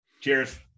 Cheers